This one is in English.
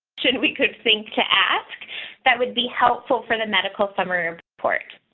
should we could think to ask that would be helpful for the medical summary report.